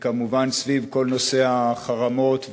וכמובן סביב כל נושא החרמות וה-BDS.